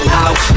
out